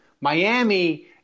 Miami